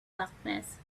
blackness